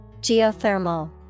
Geothermal